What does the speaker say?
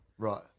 Right